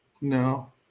No